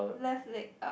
left leg up